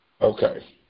Okay